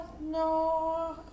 no